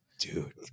dude